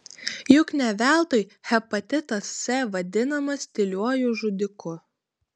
juk ne veltui hepatitas c vadinamas tyliuoju žudiku